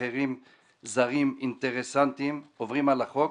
אחרים זרים אינטרסנטיים שעוברים על החוק